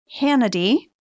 Hannity